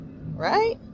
Right